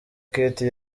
kate